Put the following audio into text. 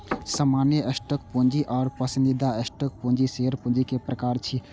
सामान्य स्टॉक पूंजी आ पसंदीदा स्टॉक पूंजी शेयर पूंजी के प्रकार छियै